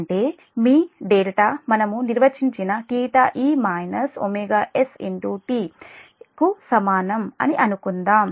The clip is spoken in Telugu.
అంటే మీ δ మనము నిర్వచించిన e st కు సమానం అని అనుకుందాం